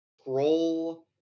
scroll